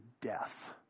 death